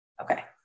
Okay